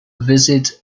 visit